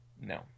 No